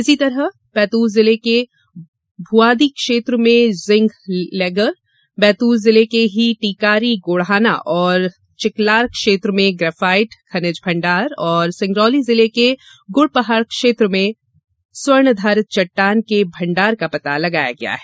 इसी प्रकार बैतूल जिले के भुआदी क्षेत्र में जिंक लेगर बैतूल जिले के ही टीकारी गोढ़ाना एवं चिकलार क्षेत्र में ग्रेफाइट खनिज भंडार और सिंगरौली जिले के गुडपहाड़ क्षेत्र में स्वर्णधारित चट्टान के भण्डार का पता लगाया गया है